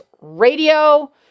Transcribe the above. Radio